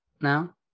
now